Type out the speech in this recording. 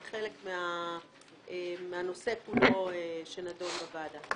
זה חלק מהנושא כולו שנדון בוועדה.